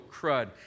crud